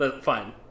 Fine